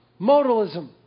Modalism